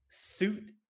suit